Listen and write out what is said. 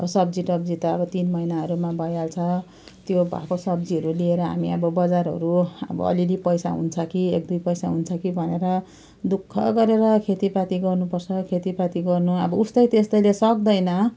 अब सब्जीटब्जी त अब तिन महिनाहरूमा भइहाल्छ त्यो भएको सब्जीहरू लिएर हामी अब बजारहरू अब अलिअलि पैसा हुन्छ कि एक दुई पैसा हुन्छ कि भनेर दुःख गरेर खेतीपाती गर्नुपर्छ खेतीपाती गर्नु अब उस्तै त्यस्तैले सक्दैन